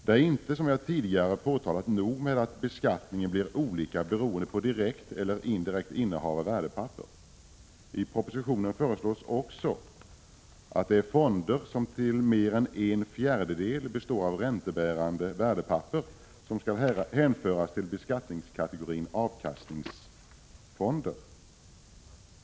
Det är inte, som jag tidigare påtalat, nog med att beskattningen blir olika beroende på direkt eller indirekt innehav av värdepapper. I propositionen föreslås också att de fonder som till mer än en fjärdedel består av räntebärande värdepapper skall hänföras till beskattningskategorin avkastningsfonder.